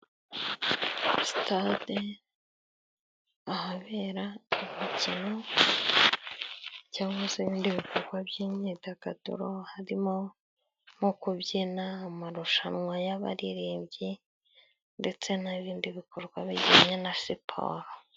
Sitade ahabera imikino cyangwa se ibindi bikorwa by'imyidagaduro harimo nko kubyina, amarushanwa y'abaririmbyi ,ndetse n'ibindi bikorwa bijyanye na siporo